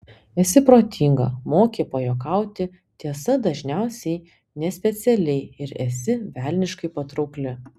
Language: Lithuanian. esi protinga moki pajuokauti tiesa dažniausiai nespecialiai ir esi velniškai patraukli